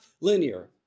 linear